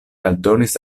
aldonis